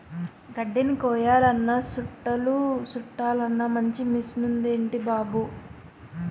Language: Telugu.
గడ్దిని కొయ్యాలన్నా సుట్టలు సుట్టలన్నా మంచి మిసనుందేటి బాబూ